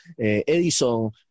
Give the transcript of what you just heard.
Edison